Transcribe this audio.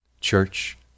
church